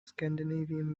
scandinavian